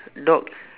dog